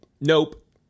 nope